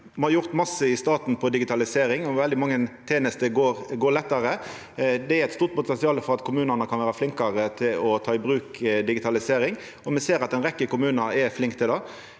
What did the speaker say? Me har gjort masse i staten på digitalisering, og veldig mange tenester går lettare. Det er eit stort potensial for at kommunane kan vera flinkare til å ta i bruk digitalisering, og me ser at ei rekkje kommunar er flinke til det.